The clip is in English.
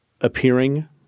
appearing